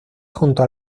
junto